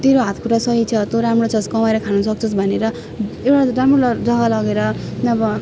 तेरो हातखुट्टा सही छ तँ राम्रो छस् कमाएर खानु सक्छस् भनेर एउटा त राम्रो जग्गामा लगेर नभए